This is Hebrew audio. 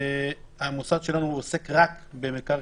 המוסד שלנו עוסק רק במקרקעין,